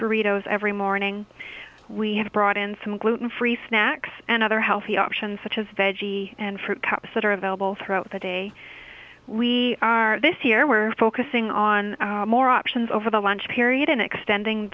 burritos every morning we have brought in some gluten free snacks and other healthy options such as veggie and fruit cups that are available throughout the day we are this year we're focusing on more options over the lunch period and extending